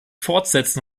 fortsetzen